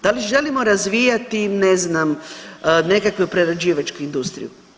Da li želimo razvijati ne znam nekakvu prerađivačku industriju?